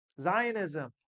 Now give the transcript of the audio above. Zionism